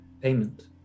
payment